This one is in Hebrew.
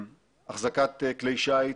החזקת כלי שיט,